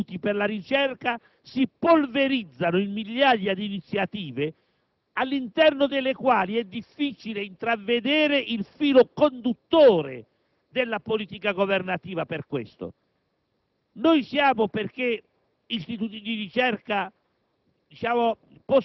e dei prodotti, perché anche in questo caso i contributi per la ricerca si polverizzano in migliaia di iniziative all'interno delle quali è difficile intravedere il filo conduttore della politica governativa in questo